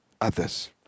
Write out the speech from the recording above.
others